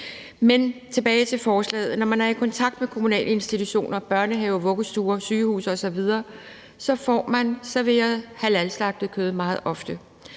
Men tilbage til forslaget. Når man er i kontakt med kommunale institutioner, børnehaver, vuggestuer, sygehuse osv., får man meget ofte serveret halalslagtet kød.